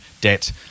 debt